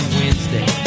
wednesday